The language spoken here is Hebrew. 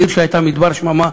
עיר שהייתה מדבר שממה,